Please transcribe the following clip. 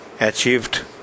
achieved